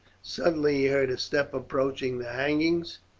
suddenly he heard a step approaching the hangings.